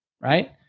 right